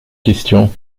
question